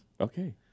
Okay